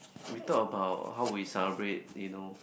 we talk about how we celebrate you know